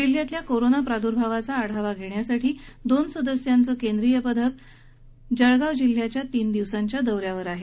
जिल्ह्यातल्या कोरोना प्रादर्भावाचा आढावा घेण्यासाठी दोन सदस्यांचं केंद्रीय पथक जिल्ह्याच्या तीन दिवसांच्या दौऱ्यावर आहे